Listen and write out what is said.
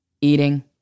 eating